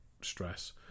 stress